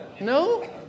No